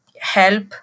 help